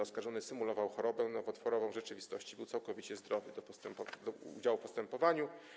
Oskarżony symulował chorobę nowotworową, w rzeczywistości był całkowicie zdrowy, zdolny do udziału w postępowaniu.